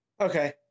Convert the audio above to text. Okay